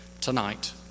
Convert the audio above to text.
tonight